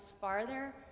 farther